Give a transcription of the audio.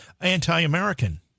anti-American